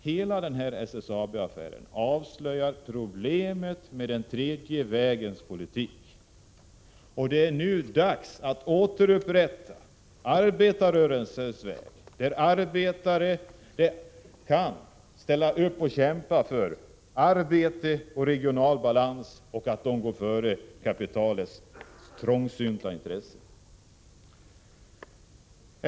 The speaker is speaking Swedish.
Hela SSAB-affären avslöjar problemet med den tredje vägens politik. Det är nu dags att återupprätta arbetarrörelsens väg, där arbetare kan ställa upp och kämpa för arbete och regional balans och för att de skall gå före kapitalets trångsynta intressen.